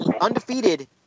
undefeated